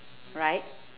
right